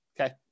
Okay